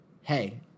Hey